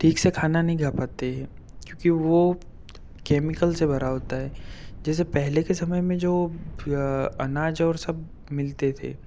ठीक से खाना नहीं खा पाते हैं क्योंकि वो केमिकल से भरा होता है जैसे पहले के समय में जो अनाज और सब मिलते थे